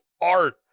art